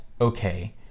Okay